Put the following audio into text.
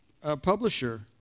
publisher